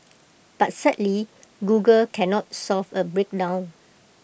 but sadly Google cannot solve A breakdown